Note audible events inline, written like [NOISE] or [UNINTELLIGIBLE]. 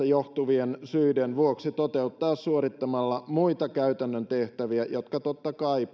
[UNINTELLIGIBLE] johtuvien syiden vuoksi toteuttaa suorittamalla muita käytännön tehtäviä joissa totta kai [UNINTELLIGIBLE]